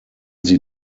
sie